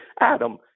Adam